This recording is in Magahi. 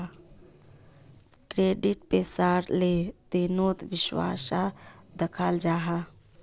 क्रेडिट पैसार लें देनोत विश्वास सा दखाल जाहा